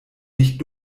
nicht